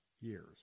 years